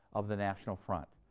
of the national front.